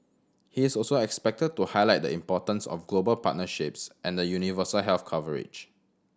he is also expected to highlight the importance of global partnerships and universal health coverage